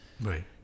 Right